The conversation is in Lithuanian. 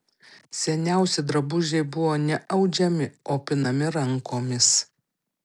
seniausi drabužiai buvo ne audžiami o pinami rankomis